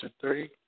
three